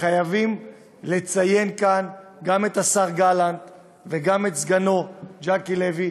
וחייבים לציין כאן גם את השר גלנט וגם את סגנו ז'קי לוי,